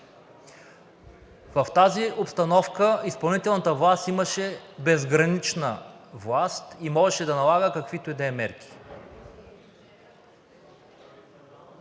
В тази обстановка изпълнителната власт имаше безгранична власт и можеше да налага каквито и да е мерки.